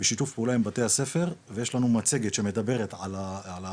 בשיתוף פעולה עם בתי הספר ויש לנו מצגת שמדברת על הפנטניל,